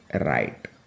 right